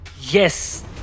yes